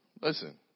Listen